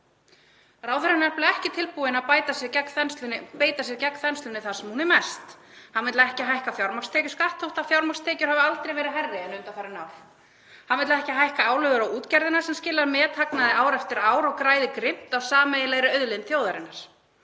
Ráðherra er nefnilega ekki tilbúinn að beita sér gegn þenslunni þar sem hún er mest. Hann vill ekki hækka fjármagnstekjuskatt þó að fjármagnstekjur hafi aldrei verið hærri en undanfarin ár. Hann vill ekki hækka álögur á útgerðina sem skilar methagnaði ár eftir ár og græðir grimmt á sameiginlegri auðlind þjóðarinnar.